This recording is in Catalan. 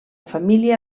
família